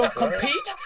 ah compete?